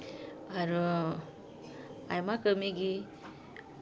ᱟᱨᱚ ᱟᱭᱢᱟ ᱠᱟᱹᱢᱤ ᱜᱮ